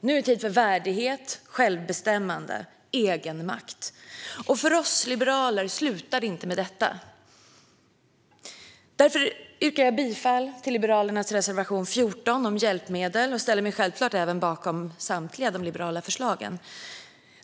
Nu är det tid för värdighet, självbestämmande och egenmakt. Och för oss liberaler slutar det inte med detta. Därför yrkar jag bifall till Liberalernas reservation 14 om hjälpmedel, och jag står självklart även bakom samtliga liberala förslag.